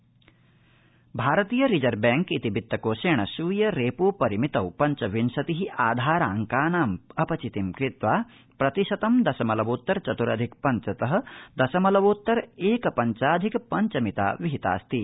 Reserve Bank परिमिति भारतीय reserve bank इति वित्तकोषेण स्वीय रेपो परिमितौ पञ्चविंशति आधारांकानाम् अपचितिं कृत्वा प्रतिशतं दशमलवोत्तर चतुरधिक पञ्च त दशमलवोत्तर एक पञ्चाधिक पञ्चमिता विहितास्ति